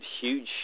huge